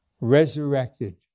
resurrected